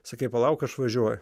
sakai palauk aš važiuoju